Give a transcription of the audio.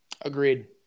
Agreed